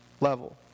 level